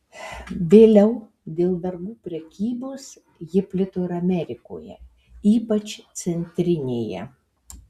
vėliau dėl vergų prekybos ji plito ir amerikoje ypač centrinėje